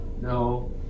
No